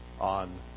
on